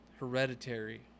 Hereditary